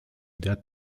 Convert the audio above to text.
der